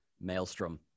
Maelstrom